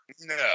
No